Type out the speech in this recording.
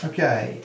Okay